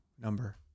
number